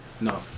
No